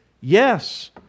yes